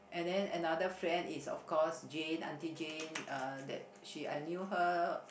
and then another friend is of course Jane Aunty Jane uh that she I knew her